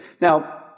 Now